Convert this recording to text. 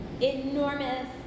enormous